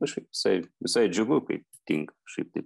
kažkaip visai visai džiugu kai tinka kažkaip tai